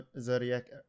zodiac